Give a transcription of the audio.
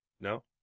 No